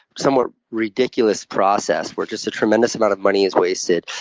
somewhat ridiculous process, where just a tremendous amount of money is wasted,